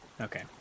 Okay